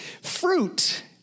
fruit